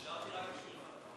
נשארתי רק בשבילך.